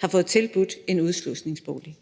har fået tilbudt en udslusningsbolig.